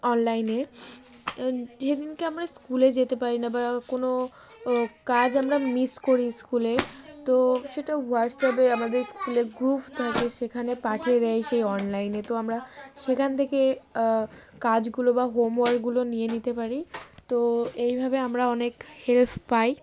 অনলাইনে সেদিনকে আমরা স্কুলে যেতে পারি না বা কোনো কাজ আমরা মিস করি স্কুলে তো সেটা হোয়াটসঅ্যাপে আমাদের স্কুলে গ্রুপ থাকে সেখানে পাঠিয়ে দেয় সেই অনলাইনে তো আমরা সেখান থেকে কাজগুলো বা হোমওয়ার্কগুলো নিয়ে নিতে পারি তো এইভাবে আমরা অনেক হেল্প পাই